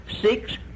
Six